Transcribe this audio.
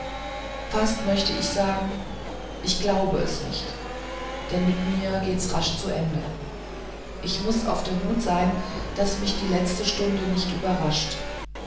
fast möchte ich sagen ich glaube es nicht denn mit mir geht's rasch zu ende und ich muß auf der hut sein daß mich die letzte stunde nicht überrascht